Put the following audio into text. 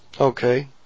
Okay